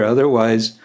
Otherwise